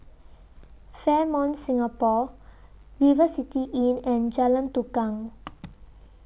Fairmont Singapore River City Inn and Jalan Tukang